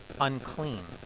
unclean